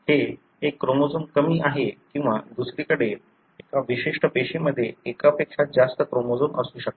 हे एक क्रोमोझोम कमी आहे किंवा दुसरीकडे एका विशिष्ट पेशीमध्ये एकापेक्षा जास्त क्रोमोझोम असू शकतात